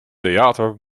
theater